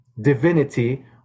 divinity